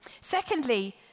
Secondly